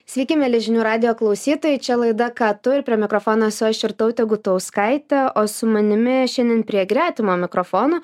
sveiki mieli žinių radijo klausytojai čia laida ką tu ir prie mikrofono esu aš širtautė gutauskaitė o su manimi šiandien prie gretimo mikrofono